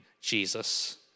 Jesus